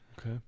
Okay